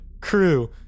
Crew